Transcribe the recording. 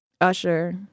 Usher